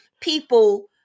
people